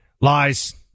lies